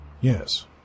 Yes